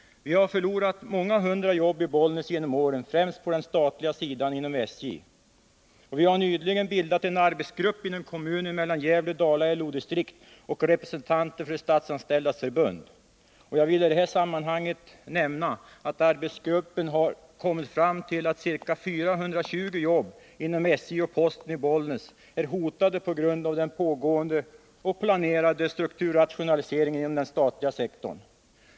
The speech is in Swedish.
Vi har genom åren förlorat många hundra jobb i Bollnäs, främst på den statliga sidan inom SJ. Det har nyligen inom kommunen bildats en arbetsgrupp bestående av representanter för Gävle-Dala LO-distrikt och Statsanställdas förbund. Jag vill i detta sammanhang nämna att arbetsgruppen har kommit fram till att ca 420 jobb inom SJ och posten i Bollnäs är hotade på grund av den pågående och planerade strukturrationaliseringen inom den statliga sektorn.